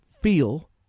feel